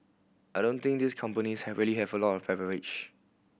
I don't think these companies have really have a lot of